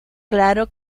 claro